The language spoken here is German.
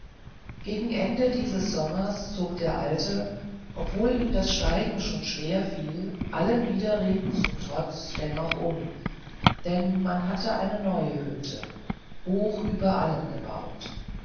gegen ende dieses sommers zog der alte obwohl ihm das steigen schon schwer fiel allen widerreden zum trotz dennoch um denn man hatte eine neue hütte hoch über allen gebaut